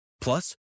Plus